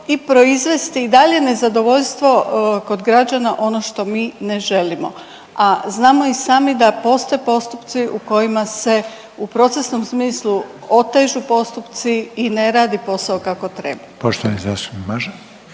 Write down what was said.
i proizvesti i dalje nezadovoljstvo kod građana ono što mi ne želimo, a znamo i sami da postoje postupci u kojima se u procesnom smislu otežu postupci i ne radi posao kako treba. **Reiner,